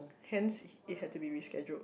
hence it had to be rescheduled